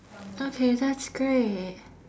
okay that is great